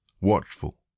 Watchful